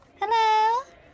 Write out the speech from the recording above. Hello